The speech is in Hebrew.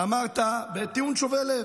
אמרת, בטיעון שובה לב: